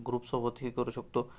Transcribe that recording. ग्रुपसोबतही करू शकतो